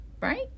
right